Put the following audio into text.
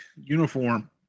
uniform